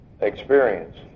experience